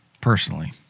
Personally